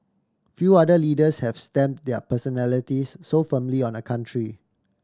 few other leaders have stamp their personalities so firmly on a country